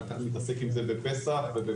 אחר כך נתעסק עם זה בפסח ובסוכות,